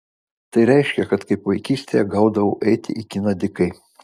tai reiškė kad kaip vaikystėje gaudavau eiti į kiną dykai